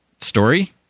story